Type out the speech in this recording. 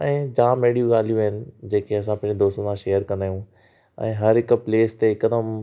ऐं जामु अहिड़ियूं ॻाल्हियूं आहिनि जेके असां पंहिंजे दोस्त सां शेयर कंदा आहियूं ऐं हर हिकु प्लेस ते हिकदमि